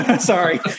Sorry